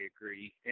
agree